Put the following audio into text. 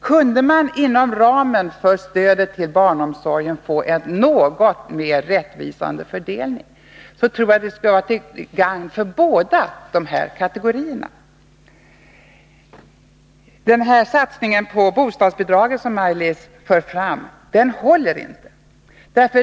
Kunde man inom ramen för stödet till barnomsorgen få till stånd en något mera rättvisande fördelning tror jag det skulle vara till gagn för båda dessa kategorier. Den satsning på bostadsbidragen som Maj-Lis Lööw pläderar för håller inte.